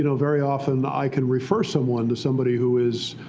you know very often, i can refer someone to somebody who is